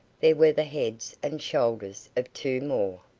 there were the heads and shoulders of two more.